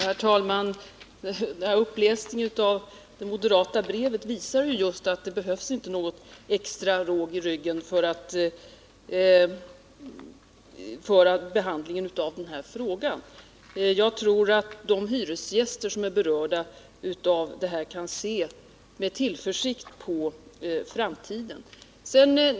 Herr talman! Uppläsningen av det moderata brevet visar just att det inte behövs extra råg i ryggen vid behandlingen av den här frågan. Jag tror att de hyresgäster som är berörda kan se med tillförsikt på framtiden.